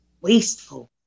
wasteful